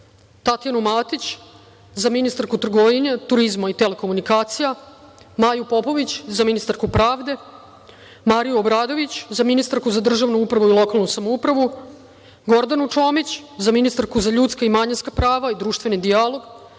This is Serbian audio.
Tatjanu Matić za ministarku trgovine, turizma i telekomunikacija, Maju Popović za ministarku pravde, Mariju Obradović za ministarku za državnu upravu i lokalnu samoupravu, Gordanu Čomić za ministarku za ljudska i manjinska prava i društveni dijalog,